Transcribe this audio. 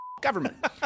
government